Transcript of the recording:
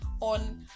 On